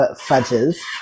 fudges